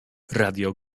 radio